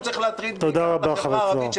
הוא צריך להטריד בעיקר את החברה הערבית,